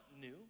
new